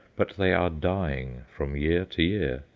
but they are dying from year to year,